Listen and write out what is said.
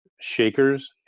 shakers